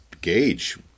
gauge